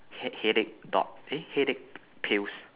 head headache dot eh headache pills